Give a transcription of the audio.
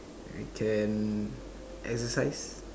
you can exercise